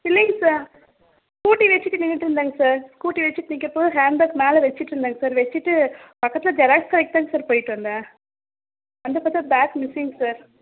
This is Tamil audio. இல்லைங்க சார் ஸ்கூட்டி வச்சிவிட்டு நின்றுட்டுருந்தேங்க சார் ஸ்கூட்டி வச்சிகிட்டு நிற்கறப்போ ஹேண்ட் பேக் மேலே வச்சுட்டுருந்தேங்க சார் வச்சுட்டு பக்கத்தில் ஜெராக்ஸ் கடைக்குதாங்க சார் போயிட்டு வந்தேன் வந்து பார்த்தா பேக் மிஸ்ஸிங் சார்